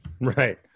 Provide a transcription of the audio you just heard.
Right